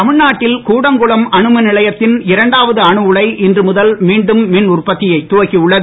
தமிழ்நாட்டில் கூடங்குளம் அணுமின் நிலையத்தின் இரண்டாவது அனுஉலை இன்று முதல் மீண்டும் மின் உற்பத்தியை துவக்கி உள்ளது